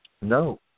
No